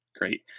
Great